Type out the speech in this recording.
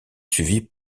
suivi